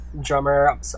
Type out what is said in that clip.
drummer